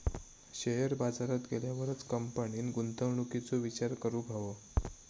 share बाजारात गेल्यावरच कंपनीन गुंतवणुकीचो विचार करूक हवो